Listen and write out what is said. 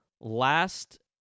last